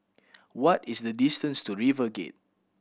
what is the distance to RiverGate